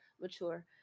mature